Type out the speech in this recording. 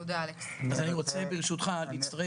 ברשותך, גם אני רוצה להצטרף.